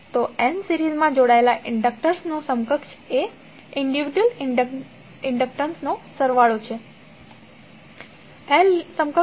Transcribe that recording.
તો n સીરીઝમા જોડાયેલા ઇન્ડક્ટર્સનું સમકક્ષ એ વ્યક્તિગત ઇન્ડક્ટન્સ નો સરવાળો છે